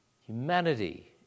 humanity